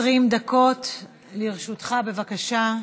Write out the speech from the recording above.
20 דקות לרשותך, בבקשה.